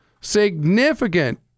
significant